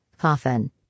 Coffin